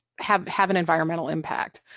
have have an environmental impact,